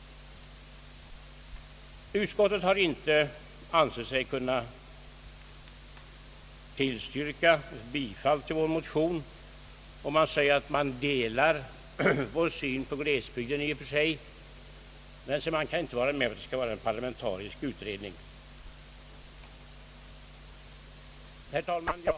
Utskottet har inte ansett sig kunna tillstyrka bifall till vår motion. Man säger att man delar vår syn på glesbygden i och för sig, men man kan inte vara med om en parlamentarisk utredning. Herr talman!